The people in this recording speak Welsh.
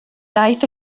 daeth